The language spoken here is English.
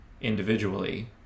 individually